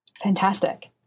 Fantastic